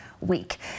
week